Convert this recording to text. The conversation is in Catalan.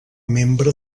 membre